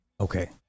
Okay